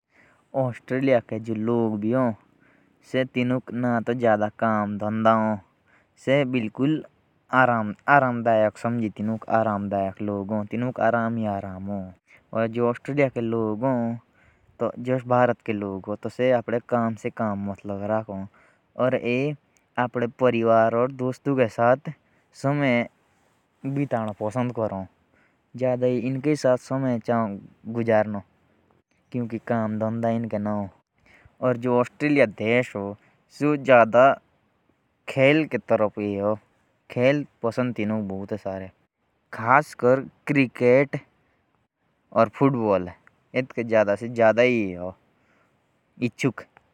जो औस्ट्रेलिया के लोग होते ह। उने ना तो कोई काम धंधा नी होता और वो जदा खेल के प्रती बहुत पसंद ह।